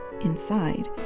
Inside